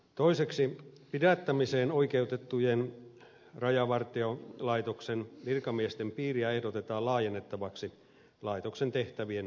toiseksi pidättämiseen oikeutettujen rajavartiolaitoksen virkamiesten piiriä ehdotetaan laajennettavaksi laitoksen tehtävien vaatimalla tavalla